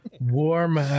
Warm